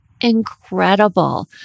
incredible